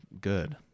good